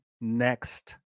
next